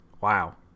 Wow